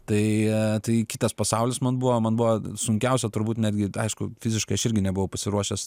tai tai kitas pasaulis man buvo man buvo sunkiausia turbūt netgi aišku fiziškai aš irgi nebuvau pasiruošęs